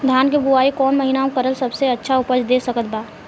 धान के बुआई कौन महीना मे करल सबसे अच्छा उपज दे सकत बा?